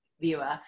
viewer